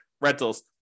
rentals